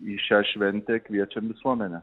į šią šventę kviečiam visuomenę